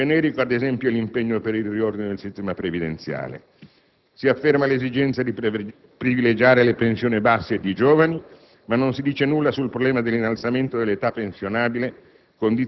Generico, ad esempio, è l'impegno per il riordino del sistema previdenziale. Si afferma l'esigenza di privilegiare le pensioni basse ed i giovani, ma non si dice nulla sul problema dell'innalzamento dell'età pensionabile,